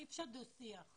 אי אפשר דו שיח.